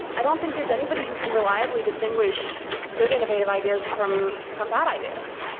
i don't think there's anybody who can reliably distinguish good innovative ideas from from bad ideas.